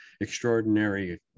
extraordinary